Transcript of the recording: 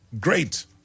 Great